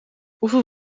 hoeveel